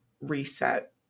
reset